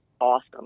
awesome